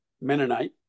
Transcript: Mennonite